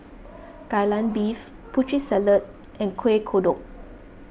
Kai Lan Beef Putri Salad and Kuih Kodok